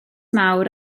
mawr